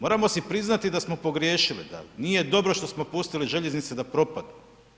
Moramo si priznati da smo pogriješili, da nije dobro što smo pustili željeznice da propadnu.